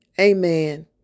Amen